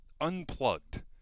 unplugged